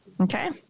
Okay